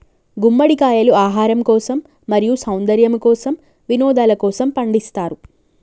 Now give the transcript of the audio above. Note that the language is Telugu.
గుమ్మడికాయలు ఆహారం కోసం, మరియు సౌందర్యము కోసం, వినోదలకోసము పండిస్తారు